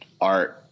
art